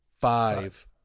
Five